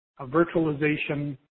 virtualization